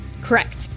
Correct